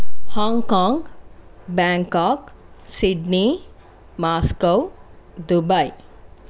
Hong Kong Bangkok Sydney Moscow Dubai